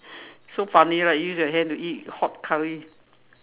so funny right use your hand to eat hot curry